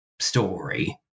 story